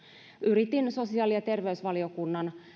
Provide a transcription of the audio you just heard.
yritin sosiaali ja terveysvaliokunnan